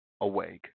awake